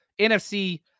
NFC